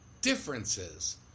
differences